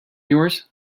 yours